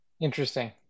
Interesting